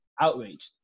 outraged